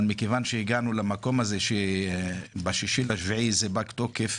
אבל כיוון שהגענו למקום הזה ש6.7 זה פג תוקף,